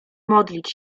modlić